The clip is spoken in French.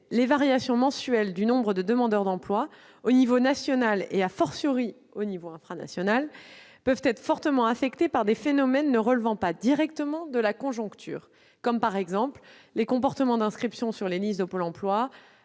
les variations mensuelles du nombre de demandeurs d'emploi, à l'échelon national et, infranational, peuvent être fortement affectées par des phénomènes ne relevant pas directement de la conjoncture, tels que les comportements d'inscription sur les listes de Pôle emploi,